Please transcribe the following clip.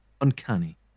uncanny